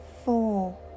Four